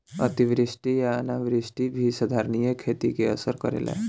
अतिवृष्टि आ अनावृष्टि भी संधारनीय खेती के असर करेला